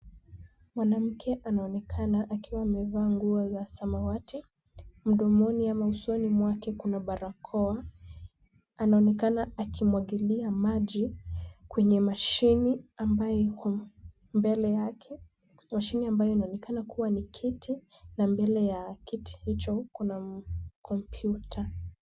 Mwanamke anaonekana akiwa amevaa nguo za samawati. Mdomoni ama usoni mwake kuna barakoa. Anaonekana akimwagilia maji, kwenye mashine ambayo iko mbele yake. Mashine ambayo inaonekana kuwa ni kiti na mbele ya kiti hicho kuna kompyuta.